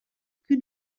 cul